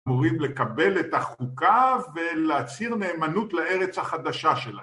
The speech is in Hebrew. אמורים לקבל את החוקה ולהצהיר נאמנות לארץ החדשה שלה